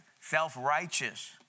self-righteous